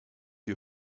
you